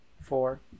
Four